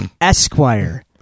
Esquire